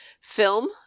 film